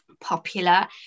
popular